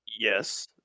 Yes